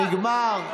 נגמר.